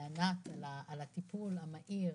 לענת על הטיפול המהיר,